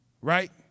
right